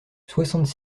soixante